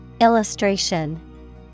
Illustration